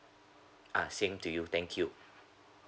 ah same to you thank you